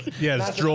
Yes